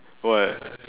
what